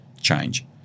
change